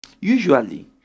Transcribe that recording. Usually